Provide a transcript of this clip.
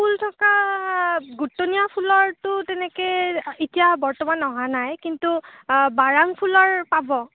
ফুল থকা গুতুনিয়া ফুলৰতো তেনেকৈ এতিয়া বৰ্তমান অহা নাই কিন্তু বাৰাং ফুলৰ পাব